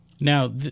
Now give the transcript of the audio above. Now